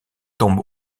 tombe